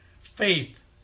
faith